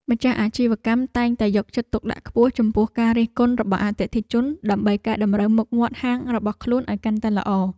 ម្ចាស់អាជីវកម្មតែងតែយកចិត្តទុកដាក់ខ្ពស់ចំពោះការរិះគន់របស់អតិថិជន ដើម្បីកែតម្រូវមុខមាត់ហាងរបស់ខ្លួនឱ្យកាន់តែល្អ។